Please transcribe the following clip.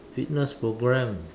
fitness program